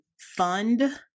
fund